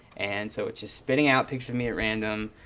and, so it's just spitting out pictures of me at random.